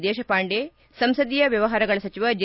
ದೇಶಪಾಂಡೆ ಸಂಸದೀಯ ವ್ವವಹಾರಗಳ ಸಚಿವ ಜೆ